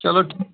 چلو ٹھی